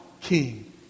king